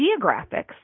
geographics